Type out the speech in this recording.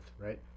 right